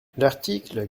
l’article